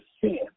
sin